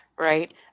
right